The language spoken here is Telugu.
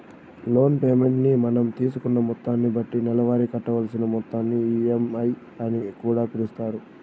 లోన్ పేమెంట్ ని మనం తీసుకున్న మొత్తాన్ని బట్టి నెలవారీ కట్టవలసిన మొత్తాన్ని ఈ.ఎం.ఐ అని కూడా పిలుస్తారు